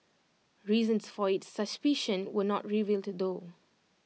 reasons for its suspicion were not revealed though